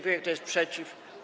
Kto jest przeciw?